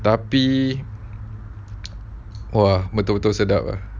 tapi !wah! betul-betul sedap ah